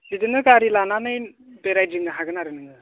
बिदिनो गारि लानानै बेरायदिंनो हागोन आरो नोङो